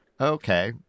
Okay